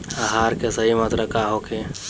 आहार के सही मात्रा का होखे?